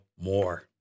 more